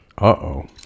Uh-oh